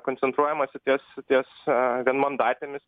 koncentruojamasi ties ties a vienmandatėmis